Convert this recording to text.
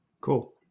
Cool